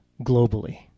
globally